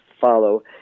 follow